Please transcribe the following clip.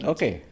Okay